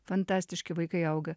fantastiški vaikai auga